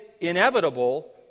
inevitable